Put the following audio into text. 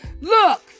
Look